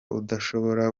udashobora